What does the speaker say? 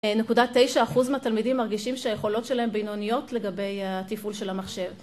נקודה 9 אחוז מהתלמידים מרגישים שהיכולות שלהם בינוניות לגבי התפעול של המחשב